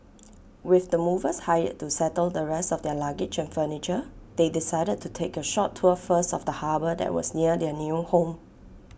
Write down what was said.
with the movers hired to settle the rest of their luggage and furniture they decided to take A short tour first of the harbour that was near their new home